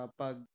pag